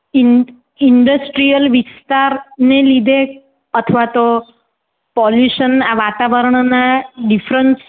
in industrial વિસ્તારને લીધે અથવા તો પોલ્યુશન આ વાતાવરણના ડિફફરન્સ